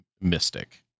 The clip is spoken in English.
Mystic